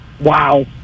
Wow